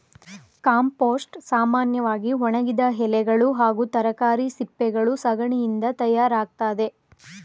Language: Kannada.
ಕಾಂಪೋಸ್ಟ್ ಸಾಮನ್ಯವಾಗಿ ಒಣಗಿದ ಎಲೆಗಳು ಹಾಗೂ ತರಕಾರಿ ಸಿಪ್ಪೆಗಳು ಸಗಣಿಯಿಂದ ತಯಾರಾಗ್ತದೆ